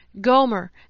Gomer